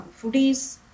foodies